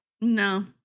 No